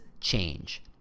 change